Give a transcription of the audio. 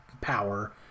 power